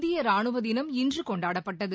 இந்திய ராணுவ தினம் இன்று கொண்டாடப்பட்டது